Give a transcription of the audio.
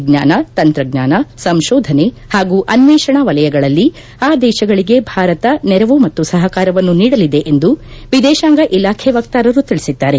ವಿಜ್ಞಾನ ತಂತ್ರಜ್ಞಾನ ಸಂಶೋಧನೆ ಹಾಗೂ ಅನ್ನೇಷಣಾ ವಲಯಗಳಲ್ಲಿ ಆ ದೇಶಗಳಿಗೆ ಭಾರತ ನೆರವು ಮತ್ತು ಸಹಕಾರವನ್ನು ನೀಡಲಿದೆ ಎಂದು ವಿದೇಶಾಂಗ ಇಲಾಖೆ ವಕ್ತಾರರು ತಿಳಿಸಿದ್ದಾರೆ